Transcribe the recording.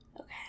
Okay